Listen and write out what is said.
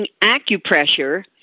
acupressure